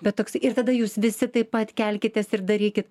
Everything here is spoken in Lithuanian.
bet toks ir tada jūs visi taip pat kelkitės ir darykit